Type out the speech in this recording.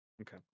Okay